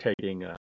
taking